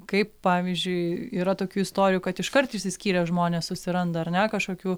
kaip pavyzdžiui yra tokių istorijų kad iškart išsiskyrę žmonės susiranda ar ne kažkokių